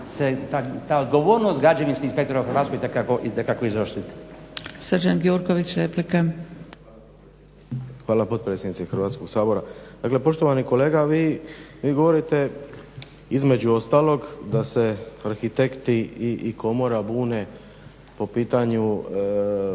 se ta odgovornost građevinskih inspektora u Hrvatskoj itekako izoštriti. **Zgrebec, Dragica (SDP)** Srđan Gjurković, replika. **Gjurković, Srđan (HNS)** Hvala potpredsjednice Hrvatskog sabora. Dakle poštovani kolega, vi govorite između ostalog da se arhitekti i komora bune po pitanju